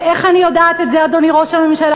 ואיך אני יודעת את זה, אדוני ראש הממשלה,